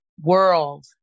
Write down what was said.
world